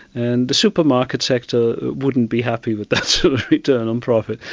and the supermarket sector wouldn't be happy with that sort of return on profit.